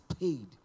paid